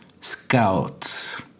scouts